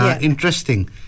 Interesting